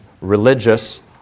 religious